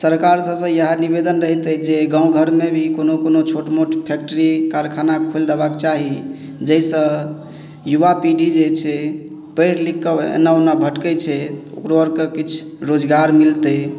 सरकार सबसँ इएहै निवेदन रहैत अछि जे गाँव घरमे भी कोनो कोनो छोट मोट फैक्ट्री कारखाना खोलि देबाक चाही जइसँ युवा पीढ़ी जे छै पढ़ि लिख कऽ एना ओना भटकै छै ओकरो आरके किछु रोजगार मिलतै